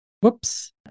Whoops